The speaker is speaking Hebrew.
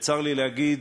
וצר לי להגיד,